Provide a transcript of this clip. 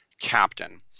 captain